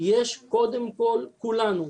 קודם כל כולנו,